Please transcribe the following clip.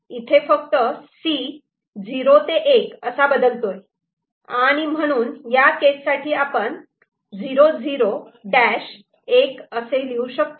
इथे फक्त 'C' 0 ते 1 असा बदलतो आणि म्हणून या केस साठी आपण 0 0 डॅश 1 असे लिहू शकतो